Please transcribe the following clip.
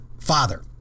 father